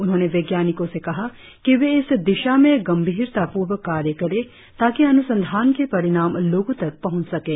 उन्होंने वैज्ञानिको से कहा कि वे इस दिशा में गंभीरतापूर्वक कार्य करें ताकि अनुसंधान के परिणाम लोगों तक पहुंच सकें